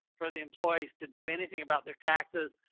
for the employees to do anything about their taxes.